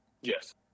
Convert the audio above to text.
Yes